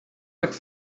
nach